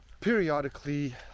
periodically